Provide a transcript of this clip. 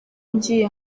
ngiye